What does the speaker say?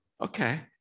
Okay